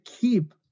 keep